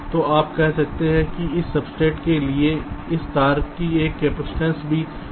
तो आप कह सकते हैं कि इस सब्सट्रेट के लिए इस तार की एक कपसिटंस भी है